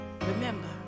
Remember